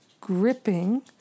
gripping